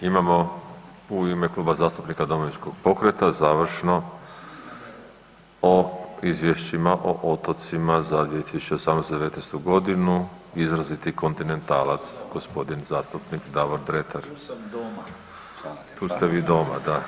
I imamo u ime Kluba zastupnika Domovinskog pokreta završno o izvješćima o otocima za 2018. i '19. godinu, izraziti kontinentalac gospodin zastupnik Davor Dretar [[Upadica: Tu sam doma.]] tu ste vi doma da.